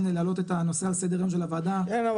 להעלות את הנושא על סדר היום של הוועדה --- כן,